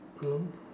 hmm